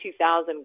2,000